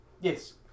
Yes